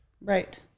Right